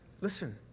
listen